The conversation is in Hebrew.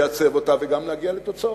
לייצב אותה וגם להגיע לתוצאות.